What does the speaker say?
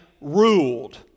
ruled